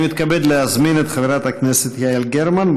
אני מתכבד להזמין את חברת הכנסת יעל גרמן.